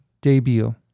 debut